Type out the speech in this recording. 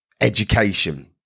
education